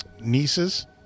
nieces